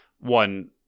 one